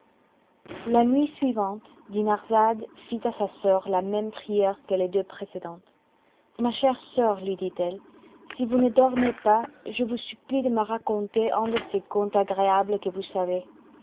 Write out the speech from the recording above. la nuit suivante dinarzade fit à sa soeur la même prière que les deux précédentes ma chère soeur lui dit-elle si vous ne dormez pas je vous supplie de me raconter un de ces contes agréables que vous savez